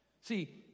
see